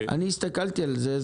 הסתכלתי על זה.